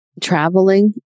Traveling